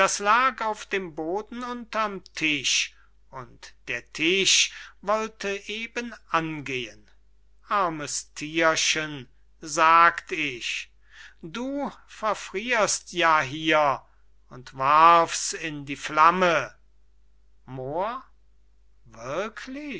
lag auf dem boden unter'm tisch und der tisch wollte eben angehen armes thiergen sagt ich du verfrierst ja hier und warf's in die flamme moor wirklich